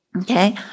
Okay